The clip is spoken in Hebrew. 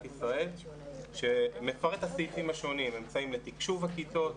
ישראל שמפרט את הסעיפים השונים: אמצעים לתקשוב הכיתות,